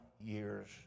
years